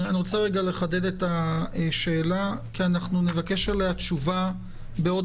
אני רוצה לחדד את השאלה כי אנחנו נבקש עליה תשובה בעוד